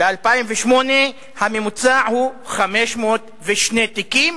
ב-2008 הממוצע הוא 502 תיקים,